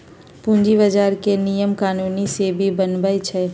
पूंजी बजार के नियम कानून सेबी बनबई छई